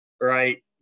right